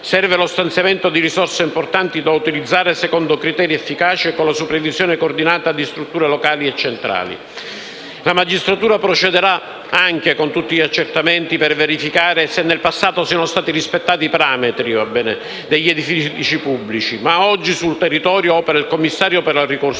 serve lo stanziamento di risorse importanti, da utilizzare secondo criteri efficaci e con la supervisione coordinata di strutture locali e centrali. La magistratura procederà anche con tutti gli accertamenti opportuni per verificare che nel passato siano stati rispettati i parametri nella costruzione degli edifici pubblici. Già oggi sul territorio opera il commissario per la